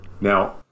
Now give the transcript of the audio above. Now